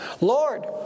Lord